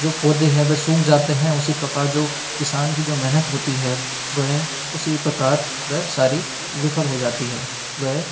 जो पौधे हैं वो सुख जाते हैं उसी प्रकार जो किसान की जो मेहनत होती है वह उसी प्रकार वह सारी विफल हो जाती है वह